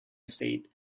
estate